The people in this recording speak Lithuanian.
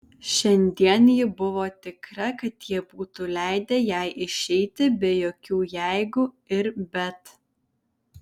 šiandien ji buvo tikra kad jie būtų leidę jai išeiti be jokių jeigu ir bet